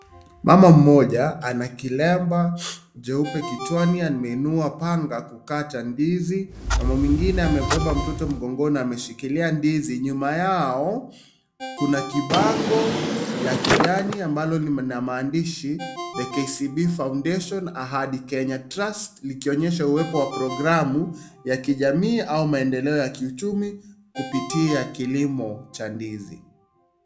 Mama moja ana kilemba jeupe kichwani. Ameinua panga kukata ndizi. Mama mwengine amebeba mtoto mgongoni na ameshikilia ndizi, nyuma yao Kuna kibango la kijani ambalo lina maandishi THE KCB FOUNDATION AHADI KENYA TRUST likionyesha uwepo wa programu ya kijamii au maendeleo ya kiuchumi kupitia kilimo cha ndizi.